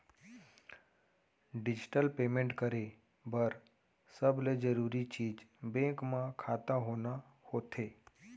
digital payment करे बर सबले जरूरी चीज बेंक म खाता होना होथे